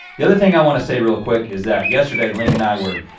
the other thing i wanna say real quick is that yesterday link and i were